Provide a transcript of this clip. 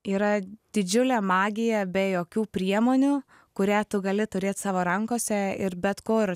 yra didžiulė magija be jokių priemonių kurią tu gali turėt savo rankose ir bet kur